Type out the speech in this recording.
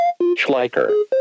Schleicher